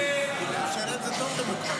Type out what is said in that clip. הסתייגות 10 לא נתקבלה.